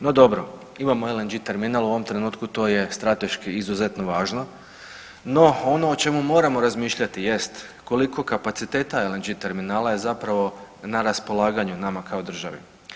No dobro, imamo LNG terminal u ovom trenutku to je strateški izuzetno važno, no ono o čemu moramo razmišljati jest koliko kapaciteta LNG terminala je zapravo na raspolaganju nama kao državi.